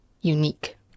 unique